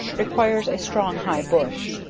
requires a strong high bush.